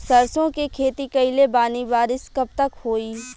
सरसों के खेती कईले बानी बारिश कब तक होई?